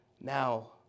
now